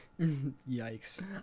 Yikes